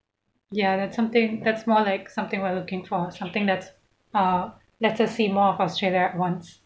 ya that's something that's more like something about what I'm looking for something that ah let us see more of australia at once